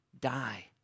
die